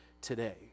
today